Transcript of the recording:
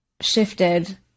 shifted